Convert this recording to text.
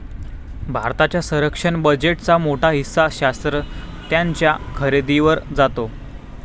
भारताच्या संरक्षण बजेटचा मोठा हिस्सा शस्त्रास्त्रांच्या खरेदीवर जातो